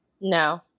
No